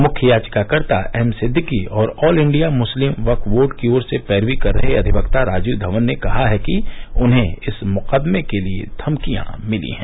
मुख्य याचिकाकर्ता एम सिद्दीक और all India Muslim Waqf board की ओर से पैरवी कर रहे अधिवक्ता राजीव धवन ने कहा है कि उन्हें इस मुकदमे के लिए धमकियां भिली हैं